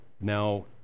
now